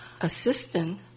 assistant